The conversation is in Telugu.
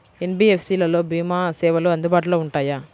ఎన్.బీ.ఎఫ్.సి లలో భీమా సేవలు అందుబాటులో ఉంటాయా?